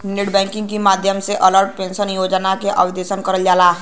net banking के माध्यम से अटल पेंशन योजना में आवेदन करल जा सकला